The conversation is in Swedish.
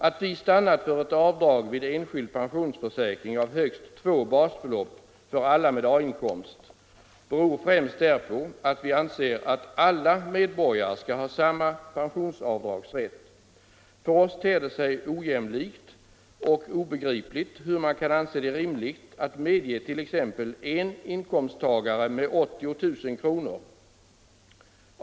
Att vi stannat för ett avdrag vid enskild pensionsförsäkring av högst två basbelopp för alla med A-inkomst beror främst därpå, att vi anser att alla medborgare skall ha samma pensionsavdragsrätt. För oss ter det sig ojämlikt och obegripligt att man kan anse det rimligt att medge t.ex. en inkomsttagare med 80 000 kr.